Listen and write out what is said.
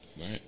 Right